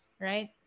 right